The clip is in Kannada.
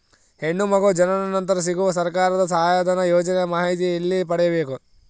ಹೆಣ್ಣು ಮಗು ಜನನ ನಂತರ ಸಿಗುವ ಸರ್ಕಾರದ ಸಹಾಯಧನ ಯೋಜನೆ ಮಾಹಿತಿ ಎಲ್ಲಿ ಪಡೆಯಬೇಕು?